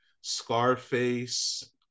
Scarface